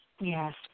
Yes